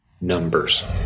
numbers